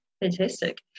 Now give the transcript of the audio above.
fantastic